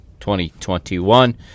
2021